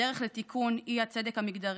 הדרך לתיקון האי-צדק המגדרי,